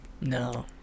no